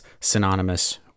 synonymous